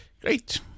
great